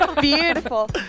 Beautiful